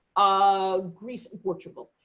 ah greece, portugal.